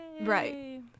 right